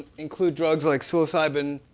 include drugs like psilocybin,